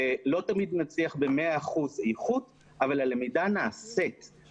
לא תמיד נצליח במאה אחוז איכות אבל הלמידה נעשית.